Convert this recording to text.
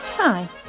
Hi